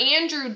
Andrew